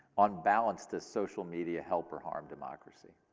on balance, does social media help or harm democracy?